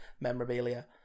memorabilia